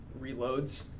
reloads